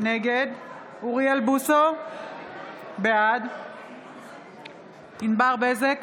נגד אוריאל בוסו, בעד ענבר בזק,